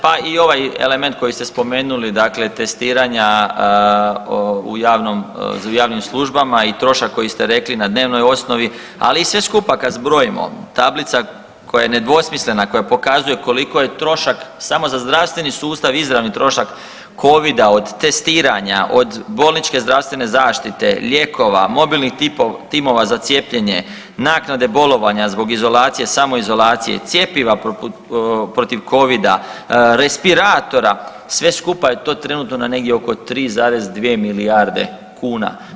Pa i ovaj element koji ste spomenuli dakle testiranja u javnom u javnim službama i trošak koji ste rekli na dnevnoj osnovi, ali sve skupa kad zbrojimo, tablica koja je nedvosmislena koja pokazuje koliko je trošak samo za zdravstveni sustav, izravni trošak COVID-a od testiranja, od bolničke zdravstvene zaštite, lijekova, mobilnih timova za cijepljenje, naknade bolovanja zbog izolacije, samoizolacije i cjepiva protiv COVID-a, respiratora, sve skupa je to trenutno na negdje oko 3,2 milijarde kuna.